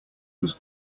was